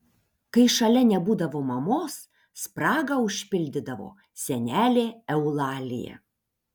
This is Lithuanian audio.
kai šalia nebūdavo mamos spragą užpildydavo senelė eulalija